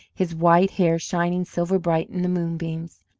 his white hair shining silver bright in the moonbeams.